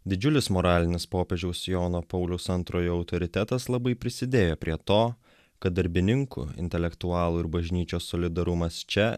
didžiulis moralinis popiežiaus jono pauliaus antrojo autoritetas labai prisidėjo prie to kad darbininkų intelektualų ir bažnyčios solidarumas čia